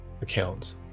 accounts